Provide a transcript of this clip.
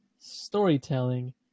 storytelling